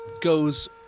goes